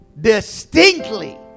distinctly